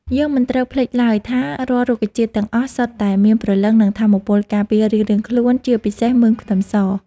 យើងមិនត្រូវភ្លេចឡើយថារាល់រុក្ខជាតិទាំងអស់សុទ្ធតែមានព្រលឹងនិងថាមពលការពាររៀងៗខ្លួនជាពិសេសមើមខ្ទឹមស។